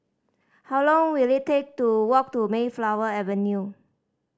how long will it take to walk to Mayflower Avenue